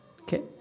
Okay